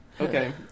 Okay